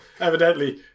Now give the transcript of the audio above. evidently